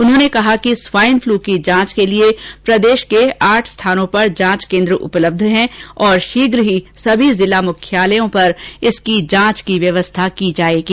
उन्होंने कहा कि स्वाईनफ्लू की जांच के लिए प्रदेश में अभी आठ स्थानों पर जांच केन्द्र उपलब्ध हैं और शीघ्र ही सभी जिला मुख्यालय पर इसकी जांच की व्यवस्था की जाएगी